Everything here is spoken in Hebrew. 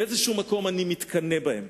באיזה מקום אני מתקנא בהם.